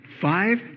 five